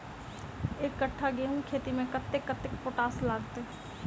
एक कट्ठा गेंहूँ खेती मे कतेक कतेक पोटाश लागतै?